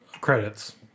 credits